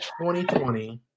2020